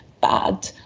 bad